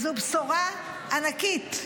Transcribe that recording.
זו בשורה ענקית.